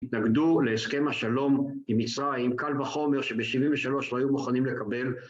התנגדו להסכם השלום עם מצרים, קל וחומר, שב-73' לא היו מוכנים לקבל.